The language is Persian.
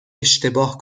اشتباه